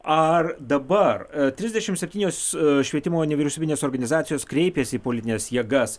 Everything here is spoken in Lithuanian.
ar dabar trisdešimt septynios švietimo nevyriausybinės organizacijos kreipėsi į politines jėgas